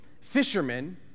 fishermen